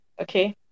Okay